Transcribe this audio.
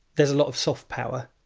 there's a lot of soft power.